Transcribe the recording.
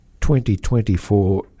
2024